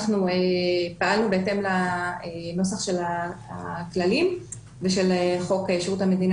אנחנו פעלנו בהתאם לנוסח של הכללים ושל חוק שירות המדינה